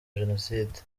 jenoside